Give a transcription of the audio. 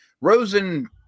Rosen